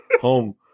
home